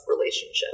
relationship